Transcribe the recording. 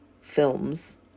Films